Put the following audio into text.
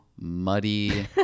muddy